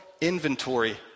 inventory